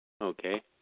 Okay